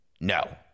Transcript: no